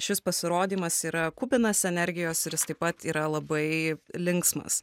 šis pasirodymas yra kupinas energijos ir taip pat yra labai linksmas